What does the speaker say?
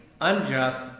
unjust